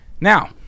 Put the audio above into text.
Now